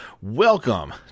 welcome